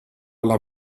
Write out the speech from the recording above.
alla